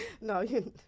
No